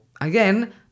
again